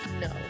No